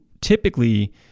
typically